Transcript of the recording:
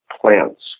plants